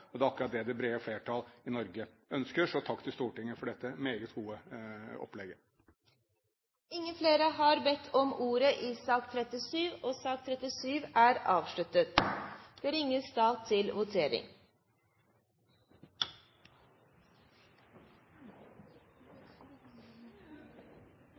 og det er akkurat det det brede flertall i Norge ønsker. Så takk til Stortinget for dette meget gode opplegget. Flere har ikke bedt om ordet til sak nr. 37.